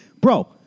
bro